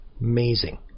amazing